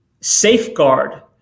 safeguard